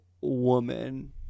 woman